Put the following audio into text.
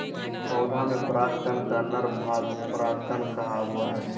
पौधा में पराग कण का नर भाग परागकण कहावो हइ